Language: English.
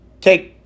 take